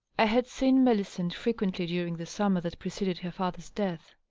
i had seen millicent frequently during the summer that preceded her father's death.